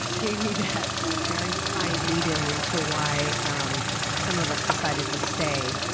gave me that very kind lead-in into why some of us decided to stay.